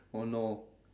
oh no